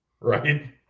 Right